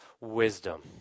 wisdom